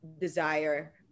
desire